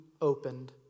opened